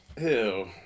Ew